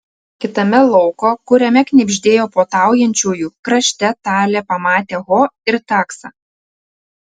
kitame lauko kuriame knibždėjo puotaujančiųjų krašte talė pamatė ho ir taksą